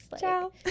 Ciao